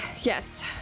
yes